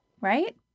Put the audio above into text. Right